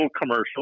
commercial